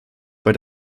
bei